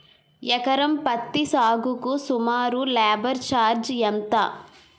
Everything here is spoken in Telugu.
ఎకరం పత్తి సాగుకు సుమారు లేబర్ ఛార్జ్ ఎంత?